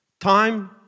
Time